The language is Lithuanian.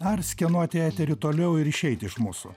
ar skenuoti eterį toliau ir išeiti iš mūsų